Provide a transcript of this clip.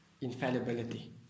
infallibility